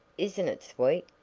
isn't it sweet?